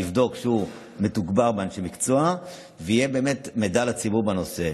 אני אבדוק שהוא מתוגבר באנשי מקצוע ובאמת יהיה מידע לציבור בנושא.